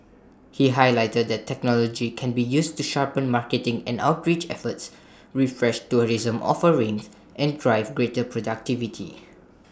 he highlighted that technology can be used to sharpen marketing and outreach efforts refresh tourism offerings and drive greater productivity